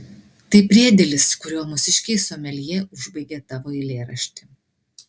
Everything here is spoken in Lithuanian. tai priedėlis kuriuo mūsiškiai someljė užbaigė tavo eilėraštį